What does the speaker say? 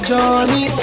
Johnny